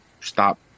stop